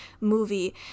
movie